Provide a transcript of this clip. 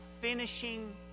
finishing